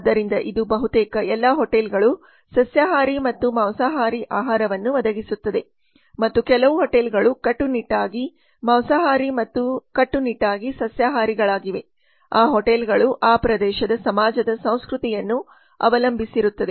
ಆದ್ದರಿಂದ ಇದು ಬಹುತೇಕ ಎಲ್ಲಾ ಹೋಟೆಲ್ಗಳು ಸಸ್ಯಾಹಾರಿ ಮತ್ತು ಮಾಂಸಾಹಾರಿ ಆಹಾರವನ್ನು ಒದಗಿಸುತ್ತದೆ ಮತ್ತು ಕೆಲವು ಹೋಟೆಲ್ಗಳು ಕಟ್ಟುನಿಟ್ಟಾಗಿ ಮಾಂಸಾಹಾರಿ ಮತ್ತು ಕಟ್ಟುನಿಟ್ಟಾಗಿ ಸಸ್ಯಾಹಾರಿಗಳಾಗಿವೆ ಆ ಹೋಟೆಲ್ಗಳು ಆ ಪ್ರದೇಶದ ಸಮಾಜದ ಸಂಸ್ಕೃತಿಯನ್ನು ಅವಲಂಬಿಸಿರುತ್ತದೆ